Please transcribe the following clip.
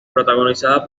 protagonizada